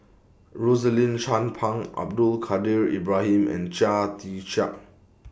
Rosaline Chan Pang Abdul Kadir Ibrahim and Chia Tee Chiak